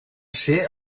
ser